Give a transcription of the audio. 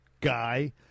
guy